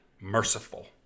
merciful